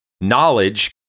knowledge